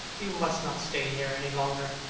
you must not stay here any longer.